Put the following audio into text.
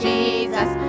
Jesus